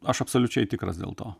aš absoliučiai tikras dėl to